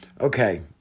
okay